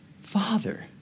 Father